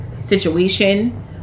situation